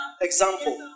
Example